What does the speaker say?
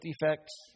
defects